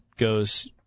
goes